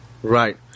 Right